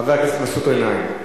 חבר הכנסת מסעוד גנאים.